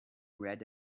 red